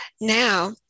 Now